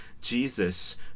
Jesus